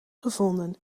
gevonden